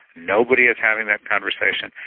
nobody is having that conversation,